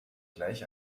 gleich